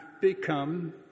become